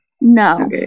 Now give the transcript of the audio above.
No